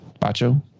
Bacho